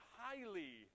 highly